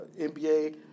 NBA